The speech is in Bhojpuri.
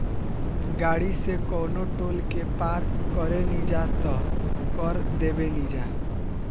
गाड़ी से कवनो टोल के पार करेनिजा त कर देबेनिजा